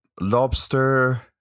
Lobster